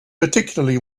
particularly